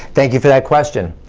thank you for that question.